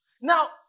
Now